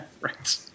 right